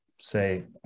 say